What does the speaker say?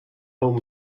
home